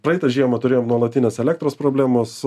praeitą žiemą turėjome nuolatinės elektros problemos